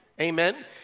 Amen